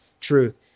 truth